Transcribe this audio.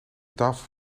tafel